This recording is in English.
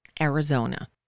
Arizona